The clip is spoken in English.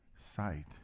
sight